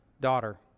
daughter